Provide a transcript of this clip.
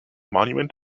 monument